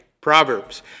Proverbs